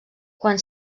quan